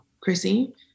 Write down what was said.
Chrissy